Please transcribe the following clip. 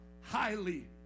highly